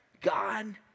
God